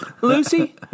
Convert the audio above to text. Lucy